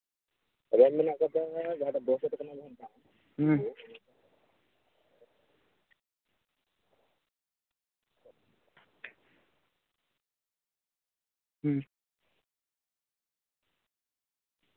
ᱦᱩᱸ ᱦᱩᱸ